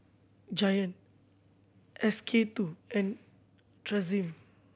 Giant S K Two and Tresemme